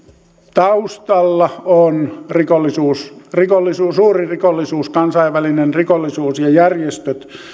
taustalla on rikollisuus rikollisuus suuri rikollisuus kansainvälinen rikollisuus ja järjestöt